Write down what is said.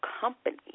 Company